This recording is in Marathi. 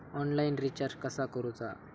ऑनलाइन रिचार्ज कसा करूचा?